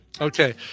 Okay